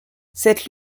cette